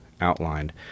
outlined